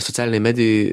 socialinėj medijoj